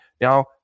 now